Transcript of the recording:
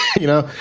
you know,